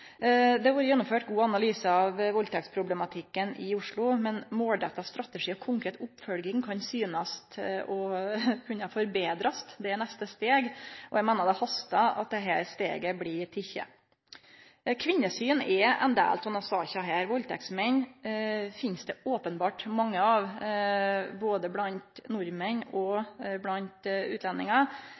Det har vore gjennomført gode analysar av valdtektsproblematikken i Oslo, men målretta strategi og konkret oppfølging kan forbetrast. Det er neste steg. Eg meiner det hastar at dette steget blir teke. Kvinnesyn er ein del av denne saka. Valdtektsmenn finst det openbert mange av, både blant nordmenn og blant utlendingar.